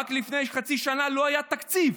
רק לפני חצי שנה לא היה תקציב.